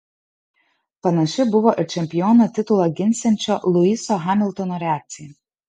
panaši buvo ir čempiono titulą ginsiančio luiso hamiltono reakcija